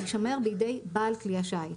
יישמר בידי בעל כלי השיט.